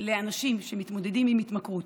לאנשים שמתמודדים עם התמכרות,